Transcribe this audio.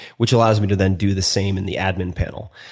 which allows me to then do the same in the admin panel.